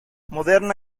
moderna